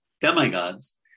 demigods